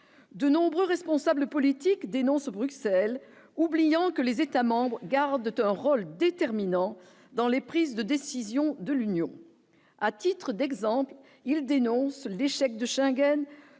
de nombreux responsables politiques dénonce Bruxelles, oubliant que les États-membres gardait un rôle déterminant dans les prises de décision de l'Union, à titre d'exemple, il dénonce l'échec de Schengen